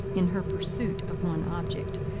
in her pursuit of one object,